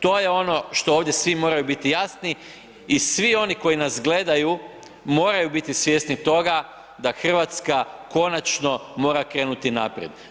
To je ono što ovdje svi moraju biti jasni i svi oni koji nas gledaju moraju biti svjesni toga da Hrvatska konačno mora krenuti naprijed.